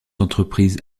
entreprises